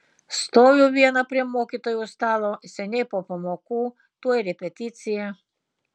stoviu viena prie mokytojų stalo seniai po pamokų tuoj repeticija